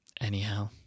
anyhow